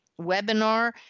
webinar